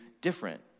different